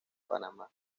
panamá